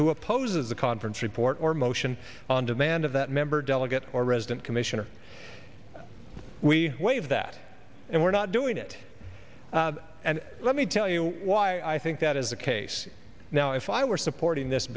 opposes the conference report or motion on demand of that member delegate or resident commissioner we waive that and we're not doing it and let me tell you why i think that is the case now if i were supporting this